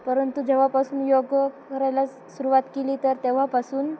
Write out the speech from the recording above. परंतु जेव्हापासून योग करायला सुरुवात केली तर तेव्हापासून